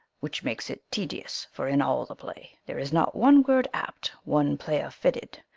which makes it tedious for in all the play there is not one word apt, one player fitted.